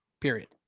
period